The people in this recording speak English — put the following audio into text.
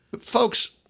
Folks—